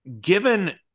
Given